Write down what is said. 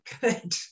Good